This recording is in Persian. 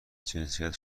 جنسیت